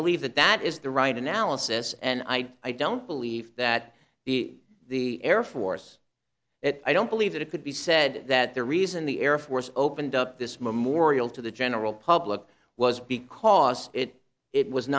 believe that that is the right analysis and i i don't believe that the the air force i don't believe it could be said that the reason the air force opened up this memorial to the general public was because it it was